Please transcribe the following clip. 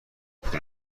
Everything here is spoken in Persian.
پول